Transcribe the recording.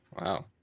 Wow